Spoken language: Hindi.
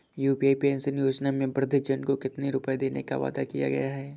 यू.पी पेंशन योजना में वृद्धजन को कितनी रूपये देने का वादा किया गया है?